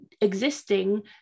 existing